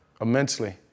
Immensely